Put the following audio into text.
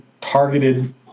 targeted